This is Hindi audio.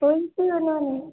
कौन सी होना है